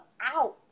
out